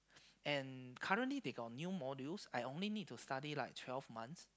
and currently they got new modules I only need to study like twelve months